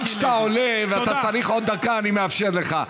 גם כשאתה עולה ואתה צריך עוד דקה, אני מאפשר לך.